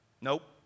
nope